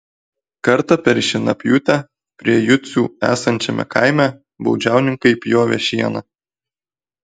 kartą per šienapjūtę prie jucių esančiame kaime baudžiauninkai pjovė šieną